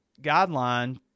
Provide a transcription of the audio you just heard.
guideline